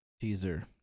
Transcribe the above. teaser